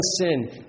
sin